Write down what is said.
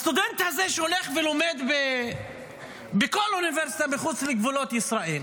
הסטודנט הזה שהולך ולומד בכל אוניברסיטה מחוץ לגבולות ישראל,